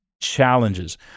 challenges